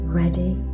ready